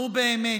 נו, באמת.